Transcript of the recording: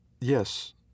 Yes